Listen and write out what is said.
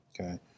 Okay